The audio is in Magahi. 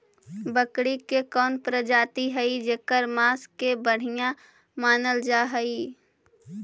बकरी के कौन प्रजाति हई जेकर मांस के बढ़िया मानल जा हई?